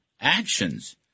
actions